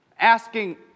Asking